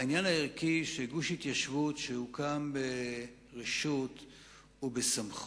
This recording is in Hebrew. העניין הערכי שגוש התיישבות שהוקם ברשות ובסמכות,